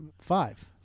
five